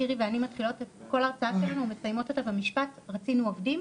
שירי ואני מתחילות כל הרצאה שלנו ומסיימות אותה במשפט "רצינו עובדים,